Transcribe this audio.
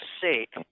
sake